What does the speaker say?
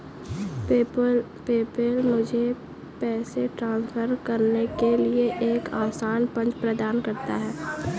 PayPal मुझे पैसे transfer करने के लिए एक आसान मंच प्रदान करता है